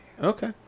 Okay